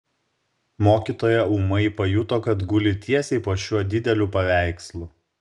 mokytoja ūmai pajuto kad guli tiesiai po šiuo dideliu paveikslu